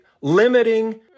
limiting